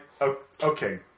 Okay